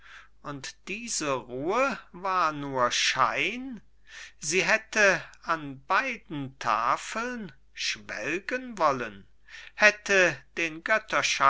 und diese ruhe war nur schein sie hätte an beiden tafeln schwelgen wollen hätte den